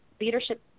leadership